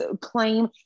claim